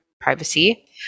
privacy